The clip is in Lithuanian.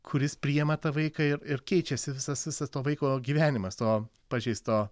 kuris priima tą vaiką ir ir keičiasi visas visas to vaiko gyvenimas to pažeisto